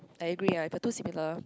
I agree ah if you're too similar